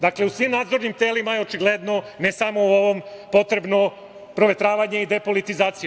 Dakle, u svim nadzornim telima je očigledno, ne samo u ovom potrebno provetravanje i depolitizacija.